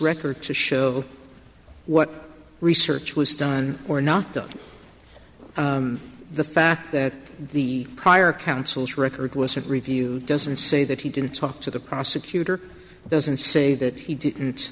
record to show what research was done or not done the fact that the prior council's record was a review doesn't say that he didn't talk to the prosecutor doesn't say that he didn't